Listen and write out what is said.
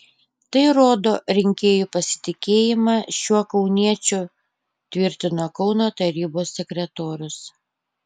tai rodo rinkėjų pasitikėjimą šiuo kauniečiu tvirtino kauno tarybos sekretorius